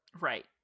Right